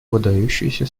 выдающееся